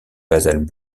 basales